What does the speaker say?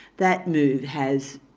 that move has